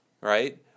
right